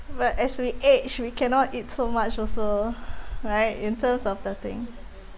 but as we age we cannot eat so much also right in terms of the thing